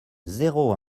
zéro